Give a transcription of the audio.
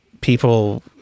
people